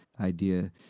idea